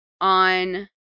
on